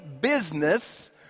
business